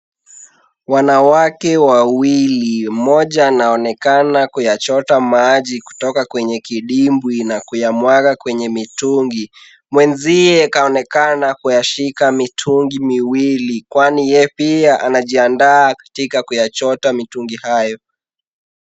Wanawake wawili, mmoja anaonekana kuyachota maji kutoka kwenye kindimbwi na kuyamwaga kwenye mitungi. Mwenziwe kaonekana kuyashika mitungi miwili kwani yeye pia anajiandaa katika kuyachota mitungi hayo.